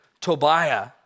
Tobiah